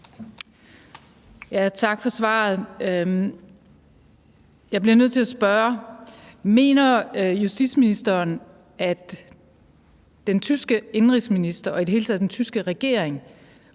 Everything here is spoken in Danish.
Tak for svaret. Jeg bliver nødt til at spørge om noget: Mener justitsministeren, at den tyske indenrigsminister og i det hele taget den tyske regering